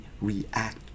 react